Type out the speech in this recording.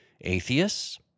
atheists